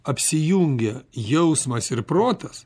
apsijungia jausmas ir protas